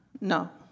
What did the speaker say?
no